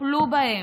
תטפלו בהם.